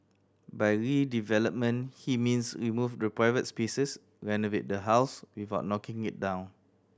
by redevelopment he means remove the privates spaces renovate the house without knocking it down